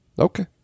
Okay